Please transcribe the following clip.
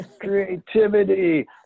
creativity